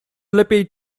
lepiej